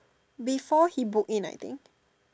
before he book in I think